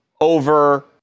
over